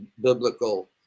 biblical